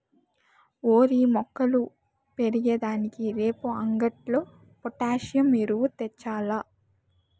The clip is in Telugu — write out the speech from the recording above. ఓరి మొక్కలు పెరిగే దానికి రేపు అంగట్లో పొటాసియం ఎరువు తెచ్చాల్ల